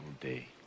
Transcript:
day